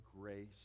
grace